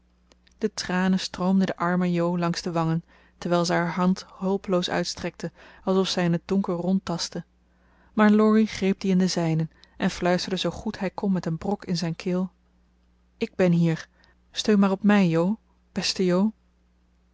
de tranen stroomden de arme jo langs de wangen terwijl ze haar hand hulpeloos uitstrekte alsof zij in het donker rondtastte maar laurie greep die in de zijnen en fluisterde zoo goed hij kon met een brok in zijn keel ik ben hier steun maar op mij jo beste